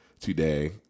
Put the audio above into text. today